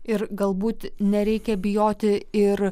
ir galbūt nereikia bijoti ir